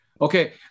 Okay